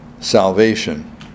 salvation